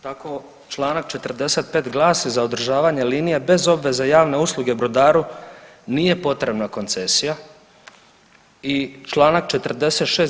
Tako članak 45. glasi: „Za održavanje linije bez obveze javne usluge brodaru nije potrebna koncesija.“ I članak 46.